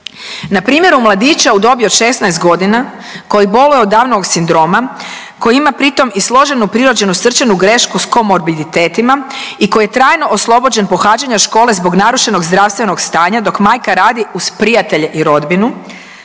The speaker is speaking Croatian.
Na primjeru mladića u dobi od 16 godina koji boluje od Downovog sindroma, koji ima pritom i složenu prirođenu srčanu grešku s komorbiditetima i koji je trajno oslobođen pohađanja škole zbog narušenog zdravstvenog stanja dok majka radi uz prijatelje i rodbinu